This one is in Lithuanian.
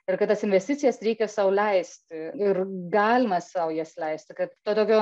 ir kad tas investicijas reikia sau leisti ir galima sau jas leisti kad to tokio